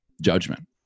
judgment